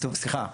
סליחה.